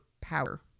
power